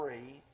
three